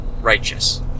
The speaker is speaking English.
righteous